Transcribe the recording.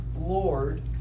Lord